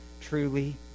truly